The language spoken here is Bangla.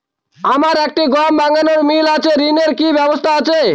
আমার একটি গম ভাঙানোর মিল আছে ঋণের কি ব্যবস্থা আছে?